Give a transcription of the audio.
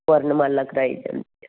ਵਰਨਮਾਲਾ ਕਰਾਈ ਜਾਂਦੀ ਹੈ